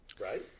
right